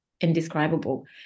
indescribable